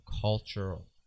cultural